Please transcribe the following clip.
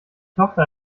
tochter